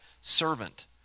servant